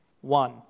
One